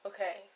Okay